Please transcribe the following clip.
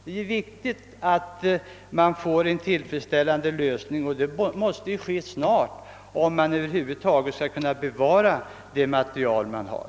Det är då viktigt att vi får en tillfredsställande lösning av denna fråga, men det måste ske snart, om det över huvud taget skall vara möjligt att bevara det material vi har.